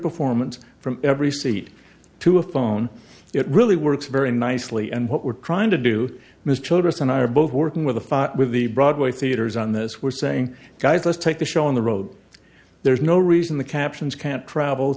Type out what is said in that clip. performance from every seat to a phone it really works very nicely and what we're trying to do miss childers and i are both working with the with the broadway theaters on this we're saying guys let's take the show on the road there's no reason the captions can't travel